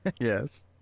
Yes